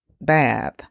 bath